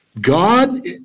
God